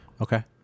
Okay